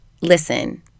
Listen